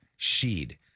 Sheed